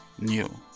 new